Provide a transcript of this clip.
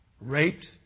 raped